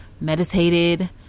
meditated